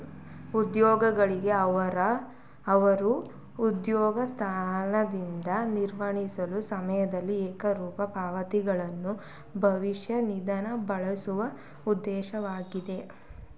ಉದ್ಯೋಗಿಗಳ್ಗೆ ಅವ್ರ ಉದ್ಯೋಗ ಸ್ಥಳದಿಂದ ನಿರ್ಗಮಿಸುವ ಸಮಯದಲ್ಲಿ ಏಕರೂಪ ಪಾವತಿಗಳನ್ನ ಭವಿಷ್ಯ ನಿಧಿ ಒದಗಿಸುವ ಉದ್ದೇಶವಾಗಿದೆ